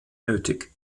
nötig